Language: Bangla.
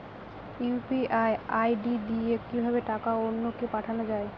ইউ.পি.আই আই.ডি দিয়ে কিভাবে টাকা অন্য কে পাঠানো যায়?